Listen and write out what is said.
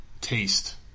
taste